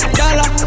dollar